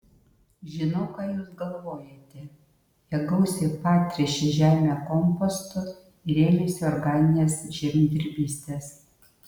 žinau ką jūs galvojate jie gausiai patręšė žemę kompostu ir ėmėsi organinės žemdirbystės